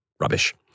Rubbish